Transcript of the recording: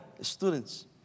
students